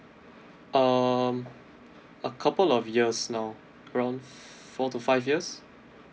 um a couple of years now around four to five years